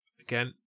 Again